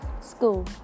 school